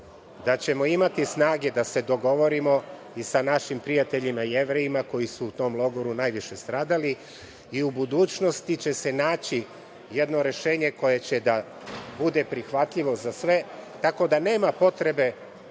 da ćemo imati snage da se dogovorimo i sa našim prijateljima Jevrejima koji su u tom logoru najviše stradali i u budućnosti će se naći jedno rešenje koje će da bude prihvatljivo za sve, tako da nema potrebe